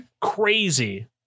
Crazy